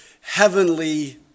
heavenly